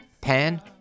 pan